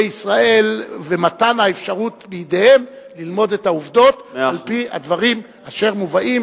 ישראל ומתן האפשרות בידיהם ללמוד את העובדות על-פי הדברים אשר מובאים